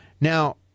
Now